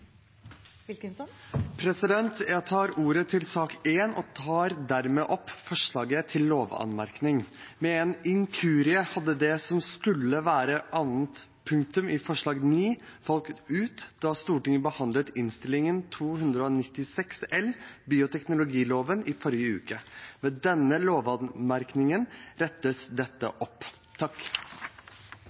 ett. Jeg tar ordet til sak nr. 1 og tar dermed opp forslag til lovanmerkning. Ved en inkurie hadde det som skulle være annet punktum i forslag nr. 9, falt ut da Stortinget behandlet Innst. 296 L for 2019–2020, om bioteknologiloven, i forrige uke. Med denne lovanmerkningen rettes dette opp.